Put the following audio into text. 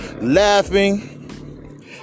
laughing